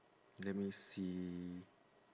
let me see